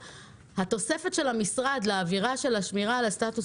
התוספת של המשרד לאווירה של השמירה על הסטטוס